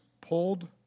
pulled